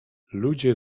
ludzie